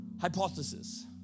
hypothesis